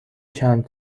چند